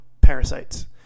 parasites